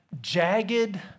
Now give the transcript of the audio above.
jagged